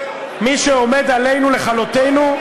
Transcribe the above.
מי שעומד עלינו לכלותנו,